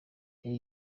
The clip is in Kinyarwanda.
yari